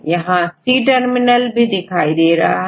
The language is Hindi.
यहां c terminal भी दिखाई दे रहा है